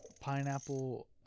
Pineapple